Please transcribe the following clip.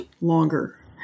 longer